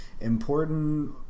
important